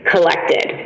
collected